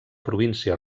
província